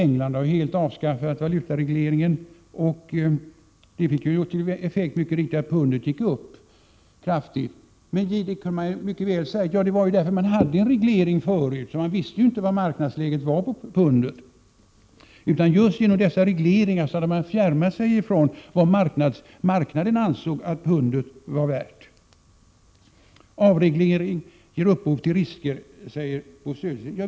England har helt avskaffat valutaregleringen. Detta fick mycket riktigt till effekt att pundet gick upp kraftigt. Man kunde mycket väl säga att detta berodde på att man hade en reglering förut, så man kände ju inte till pundets marknadsvärde. Just genom regleringar hade man fjärmat sig från vad marknaderna ansåg att pundet var värt. Avreglering ger upphov till risker, säger Bo Södersten.